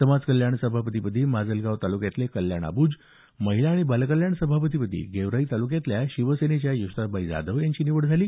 समाज कल्याण सभापतीपदी माजलगाव तालुक्यातले कल्याण आबुज महिला आणि बालकल्याण सभापतीपदी गेवराई तालुक्यातल्या शिवसेनेच्या यशोदाबाई जाधव यांची निवड झाली